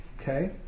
Okay